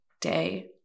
day